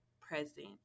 present